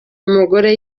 umugore